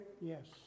Yes